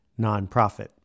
nonprofit